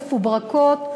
מפוברקות,